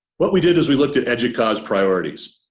what we did is we looked at educause priorities.